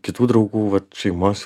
kitų draugų vat šeimas